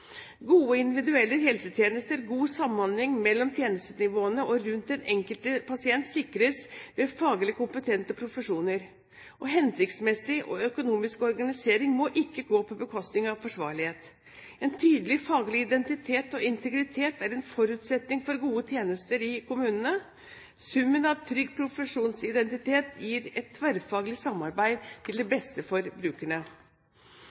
Gode individuelle helsetjenester, god samhandling mellom tjenestenivåene og rundt den enkelte pasient sikres ved faglig kompetanse innen profesjoner. Hensiktsmessig og økonomisk organisering må ikke gå på bekostning av forsvarlighet. En tydelig faglig identitet og integritet er en forutsetning for gode tjenester i kommunene. Summen av trygg profesjonsidentitet gir et tverrfaglig samarbeid til det beste for brukerne.